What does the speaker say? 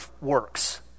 works